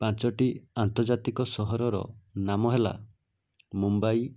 ପାଞ୍ଚୋଟି ଆନ୍ତର୍ଜାତିକ ସହରର ନାମ ହେଲା ମୁମ୍ବାଇ